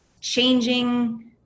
changing